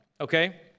Okay